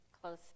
close